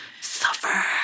Suffer